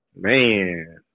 Man